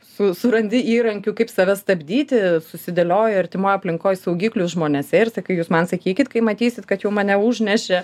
su surandi įrankių kaip save stabdyti susidėlioji artimoj aplinkoj saugiklius žmonėse ir sakai jūs man sakykit kai matysit kad jau mane užnešė